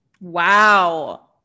wow